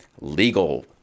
legal